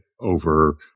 over